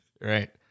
right